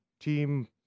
team